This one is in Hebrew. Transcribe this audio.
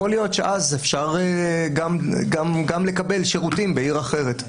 יכול להיות שאז אפשר גם לקבל שירותים בעיר אחרת.